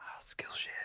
Skillshare